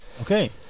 Okay